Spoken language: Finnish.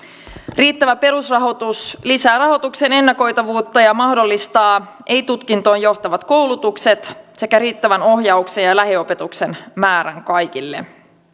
riittävä perusrahoitus lisää rahoituksen ennakoitavuutta ja mahdollistaa ei tutkintoon johtavat koulutukset sekä riittävän ohjauksen ja ja lähiopetuksen määrän kaikille